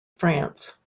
france